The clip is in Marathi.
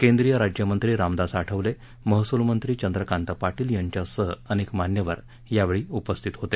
केंद्रीय राज्य मंत्री रामदास आठवले महसूलमंत्री चंद्रकांत पाटील यांच्यासह अनेक मान्यवर यावेळी उपस्थित होते